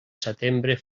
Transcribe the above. setembre